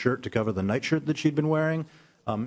shirt to cover the night sure that she'd been wearing